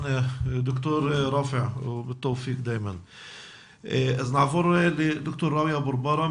ד"ר ראפע ובהצלחה תמיד.נעבור לד"ר ראויה בורבארה,